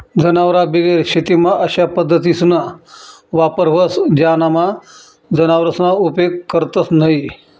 जनावरबिगेर शेतीमा अशा पद्धतीसना वापर व्हस ज्यानामा जनावरसना उपेग करतंस न्हयी